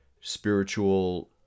spiritual